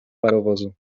parowozu